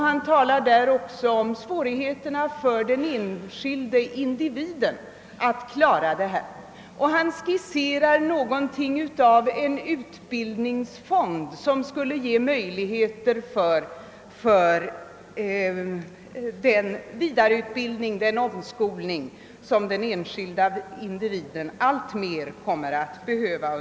Han talar om svårigheterna för den enskilde att klara detta, och han skisserar ett slags utbildningsfond som skulle ge möjligheter till den vidareutbildning och omskolning som den enskilda individen alltmer kommer att behöva.